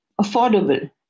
affordable